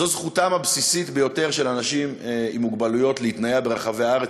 זו זכותם הבסיסית ביותר של אנשים עם מוגבלויות להתנייע ברחבי הארץ,